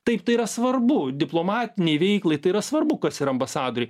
taip tai yra svarbu diplomatinei veiklai tai yra svarbu kas yra ambasadoriai